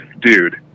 dude